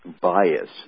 bias